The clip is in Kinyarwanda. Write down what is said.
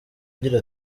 agira